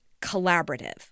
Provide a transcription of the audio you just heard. collaborative